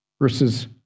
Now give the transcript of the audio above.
Verses